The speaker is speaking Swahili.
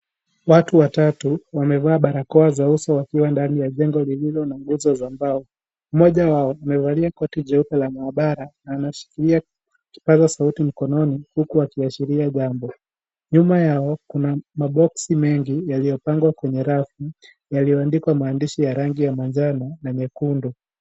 Watu watatu, wamevaa barakoa za uso wakiwa ndani ya jengo lililo na nguzo za mbao, mmoja wao, amevalia koti jeupe la maabara, na anashikilia kipasasauti mkononi huku akiashiria jambo, nyuma yao, kuna maboxi mengi, yaliyopangwa kwenye rafu, yaliyoandikwa maandishi ya rangi ya manjano, na nyekundu.